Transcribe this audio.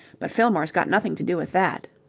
but fillmore's got nothing to do with that.